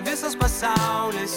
visas pasaulis